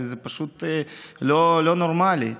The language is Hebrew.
זה פשוט לא נורמלי.